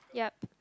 yup